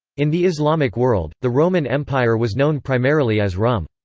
in the islamic world, the roman empire was known primarily as rum.